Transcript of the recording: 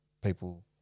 people